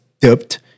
dipped